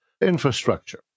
infrastructure